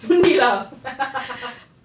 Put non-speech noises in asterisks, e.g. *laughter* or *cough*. sundilah *laughs*